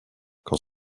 quand